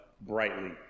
brightly